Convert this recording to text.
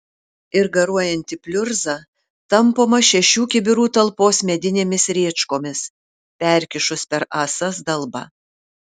ir garuojanti pliurza tampoma šešių kibirų talpos medinėmis rėčkomis perkišus per ąsas dalbą